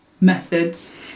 methods